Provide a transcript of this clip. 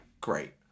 Great